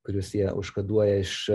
kuriuos jie užkoduoja iš